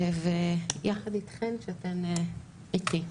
ויחד אתכן, כשאתן איתי.